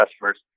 customers